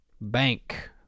bank